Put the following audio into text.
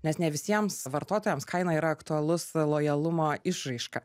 nes ne visiems vartotojams kaina yra aktualus lojalumo išraiška